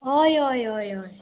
हय हय हय हय